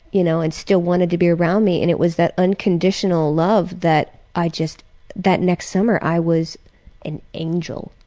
you know, and still wanted to be around me. and it was that unconditional love that i just that next summer i was an angel,